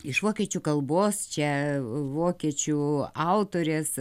iš vokiečių kalbos čia vokiečių autorės